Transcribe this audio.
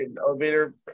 elevator